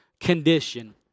condition